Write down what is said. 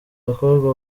abakobwa